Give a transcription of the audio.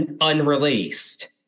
unreleased